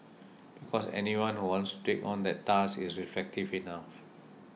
because anyone who wants to take on that task is reflective enough